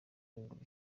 ruguru